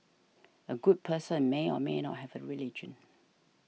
a good person may or may not have a religion